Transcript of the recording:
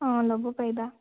অঁ ল'ব পাৰিবা